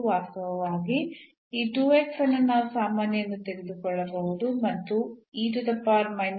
ವಾಸ್ತವವಾಗಿ ಈ ಅನ್ನು ನಾವು ಸಾಮಾನ್ಯ ಎಂದು ತೆಗೆದುಕೊಳ್ಳಬಹುದು ಮತ್ತು